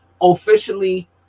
officially